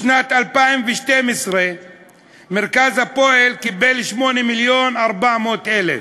בשנת 2012 מרכז "הפועל" קיבל 8.4 מיליון,